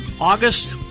August